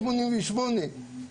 בגלל שאני 188 אחוזים מלידה,